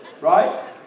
right